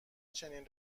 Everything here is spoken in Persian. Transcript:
چنین